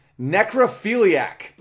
Necrophiliac